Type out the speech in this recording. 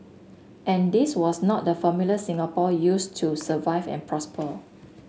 and this was not the formula Singapore used to survive and prosper